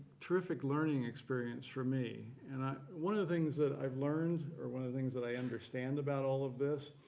terrific learning experience for me. and one of the things that i've learned, or one of the things that i understand about all of this,